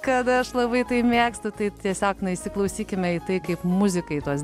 kad aš labai tai mėgstu tai tiesiog na įsiklausykime į tai kaip muzika į tuos